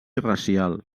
racial